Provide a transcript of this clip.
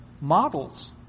models